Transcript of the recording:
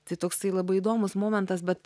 tai toksai labai įdomus momentas bet